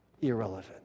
irrelevant